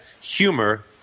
humor